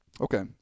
Okay